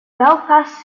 belfast